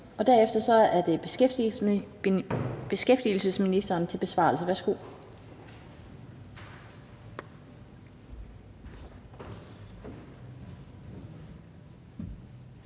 Og derefter er det beskæftigelsesministeren for en besvarelse. Værsgo.